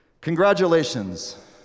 Congratulations